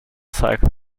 cycle